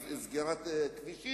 אז סגירת כבישים,